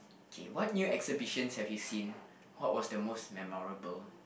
K what new exhibitions have you seen what was the most memorable